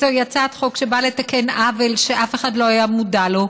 זוהי הצעת חוק שבאה לתקן עוול שאף אחד לא היה מודע לו,